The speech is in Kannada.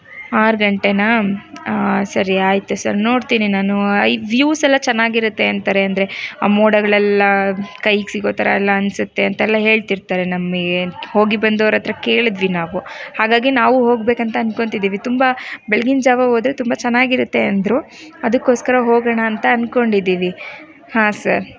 ಆರು ಗಂಟೆನಾ ಸರಿ ಆಯಿತು ಸರ್ ನೋಡ್ತೀನಿ ನಾನು ವೀವ್ಸ್ ಎಲ್ಲ ಚೆನ್ನಾಗಿರುತ್ತೆ ಅಂತಾರೆ ಅಂದರೆ ಆ ಮೋಡಗಳೆಲ್ಲ ಕೈಗೆ ಸಿಗೋ ಥರ ಎಲ್ಲ ಅನಿಸುತ್ತೆ ಅಂತೆಲ್ಲ ಹೇಳ್ತಿರ್ತಾರೆ ನಮಗೆ ಹೋಗಿ ಬಂದವರತ್ರ ಕೇಳಿದ್ವಿ ನಾವು ಹಾಗಾಗಿ ನಾವು ಹೋಗಬೇಕಂತ ಅಂದ್ಕೋತಿದ್ದೀವಿ ತುಂಬ ಬೆಳ್ಗಿನ ಜಾವ ಹೋದ್ರೆ ತುಂಬ ಚೆನ್ನಾಗಿರುತ್ತೆ ಅಂದರು ಅದಕ್ಕೋಸ್ಕರ ಹೋಗೋಣ ಅಂತ ಅಂದ್ಕೊಂಡಿದ್ದೀವಿ ಹಾಂ ಸರ್